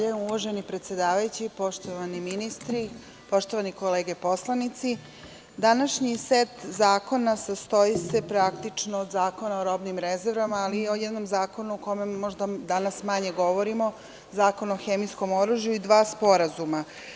Uvaženi predsedavajući, poštovani ministri, poštovane kolege poslanici, današnji set zakona sastoji se, praktično, od Zakona o robnim rezervama, ali i o jednom zakonu o kome možda danas manje govorimo, Zakon o hemijskom oružju i dva sporazuma.